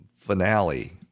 finale